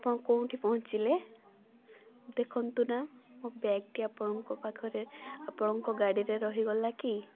ଆପଣ କେଉଁଠି ପହଁଚିଲେ ଦେଖନ୍ତୁ ନା ମୋ ବ୍ୟାଗଟି ଆପଣଙ୍କ ପାଖରେ ଆପଣଙ୍କ ଗାଡ଼ିରେ ରହିଗଲା କି